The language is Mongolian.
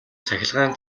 цахилгаан